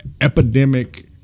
epidemic